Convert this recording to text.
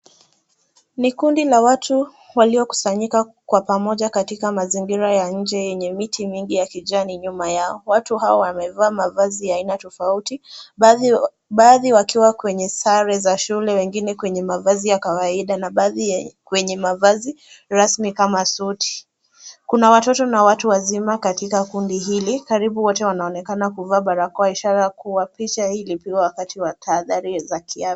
Ni kundi la watu waliokusanyika pamoja katika mazingira ya nje yenye miti mingi ya kijani nyuma yao. Watu hao wamevaa mavazi ya aina tofauti, baadhi wakiwa kwenye sare ya shule wengine kwenye mavazi ya kawaida na baadhi kwenye mavazi rasmi kama suti. Kuna watoto na watu wazima katika kundi hili karibu wote wanaonekana kuvaa barakoa ishara kuwa pichaa hii ilipigwa wakati wa tahadhari za kiafya.